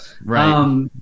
Right